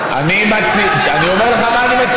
להדיר את מרצ